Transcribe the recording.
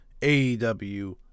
AEW